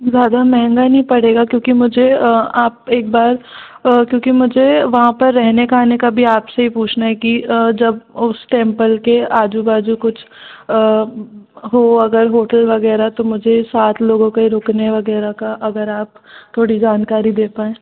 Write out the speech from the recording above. ज़्यादा महँगा नहीं पड़ेगा क्योंकि मुझे आप एक बार क्योंकि मुझे वहाँ पर रहने खाने का भी आपसे ही पूछना है कि जब उस टेम्पल के आज़ू बाज़ू कुछ हो अगर होटल वग़ैरह तो मुझे सात लोगों के ही रुकने वग़ैरह की अगर आप थोड़ी जानकारी दे पाएँ